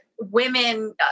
women